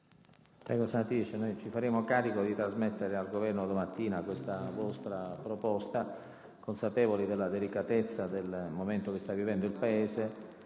Senatrice Adamo, ci faremo carico di trasmettere al Governo domattina questa vostra proposta, consapevoli della delicatezza del momento che sta vivendo il Paese